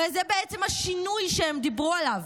הרי זה בעצם השינוי שהם דיברו עליו.